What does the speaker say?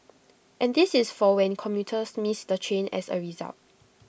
and this is for when commuters miss the train as A result